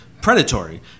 predatory